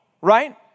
right